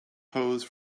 pose